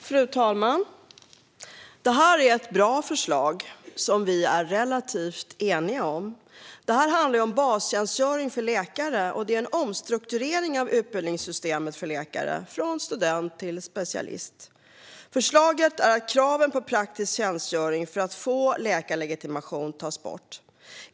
Fru talman! Detta är ett bra förslag som vi är relativt eniga om. Det handlar om bastjänstgöring för läkare, vilket är en omstrukturering av utbildningssystemet för läkare - från student till specialist. Förslaget är att kraven på praktisk tjänstgöring för att få läkarlegitimation tas bort.